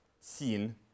seen